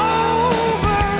over